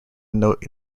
note